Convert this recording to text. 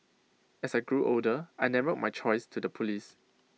as I grew older I narrowed my choice to the Police